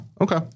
okay